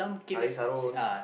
Haliff-Sarron